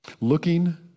Looking